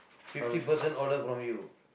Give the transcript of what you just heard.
fifty person order from you